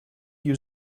you